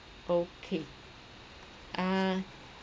okay uh